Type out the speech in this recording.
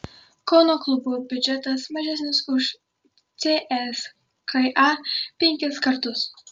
kauno klubo biudžetas mažesnis už cska penkis kartus